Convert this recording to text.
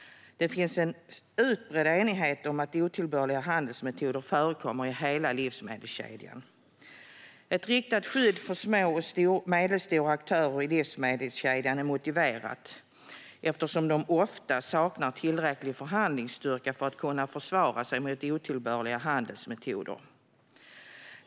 Det finns en utbredd enighet om att otillbörliga handelsmetoder förekommer i hela livsmedelskedjan. Ett riktat skydd för små och medelstora aktörer i livsmedelskedjan är motiverat eftersom de ofta saknar tillräcklig förhandlingsstyrka för att kunna försvara sig mot otillbörliga handelsmetoder.